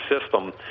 system